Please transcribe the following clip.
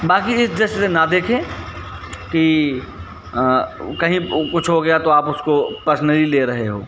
बाकी किसी दृष्टि से न देखें कि वह कहीं वह कुछ हो गया तो आप उसको पर्सनली ले रहे हो